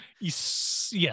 yes